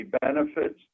benefits